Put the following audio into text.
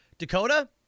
Dakota